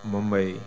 Mumbai